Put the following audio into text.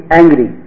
angry